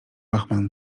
łachman